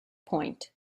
point